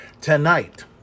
tonight